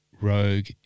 Rogue